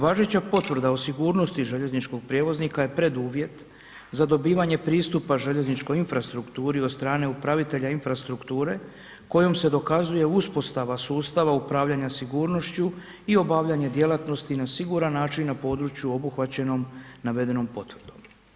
Važeća potvrda o sigurnosti željezničkog prijevoznika je preduvjet za dobivanje pristupa željezničkoj infrastrukturi od strane upravitelja infrastrukture kojom se dokazuje uspostava sustava upravljanja sigurnošću i obavljanje djelatnosti na siguran način na području obuhvaćenom navedenom potvrdom.